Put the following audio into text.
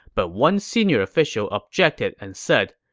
but one senior official objected and said,